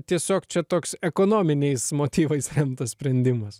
tiesiog čia toks ekonominiais motyvais remtas sprendimas